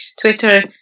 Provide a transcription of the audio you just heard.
Twitter